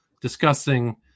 discussing